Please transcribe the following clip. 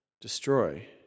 destroy